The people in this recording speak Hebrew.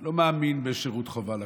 לא מאמין בשירות חובה לכול.